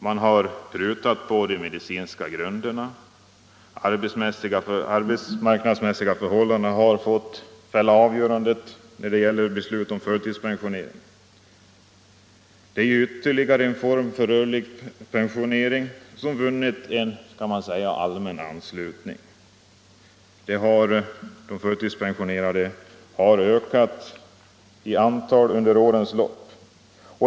Man har prutat på de medicinska grunderna, och arbetsmarknadsmässiga förhållanden kan fälla avgörandet när det gäller beslut om förtidspensionering. Det är ytterligare en form för rörlig pensionering som, kan man säga, vunnit allmän anslutning. Antalet förtidspensionerade har ökat under årens lopp.